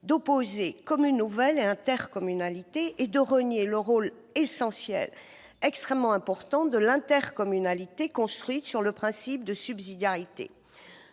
d'opposer commune nouvelle et intercommunalité ni de renier le rôle essentiel de l'intercommunalité construite sur le principe de subsidiarité.